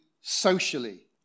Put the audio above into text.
socially